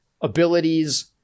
abilities